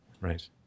Right